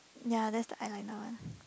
ya that's the eyeliner one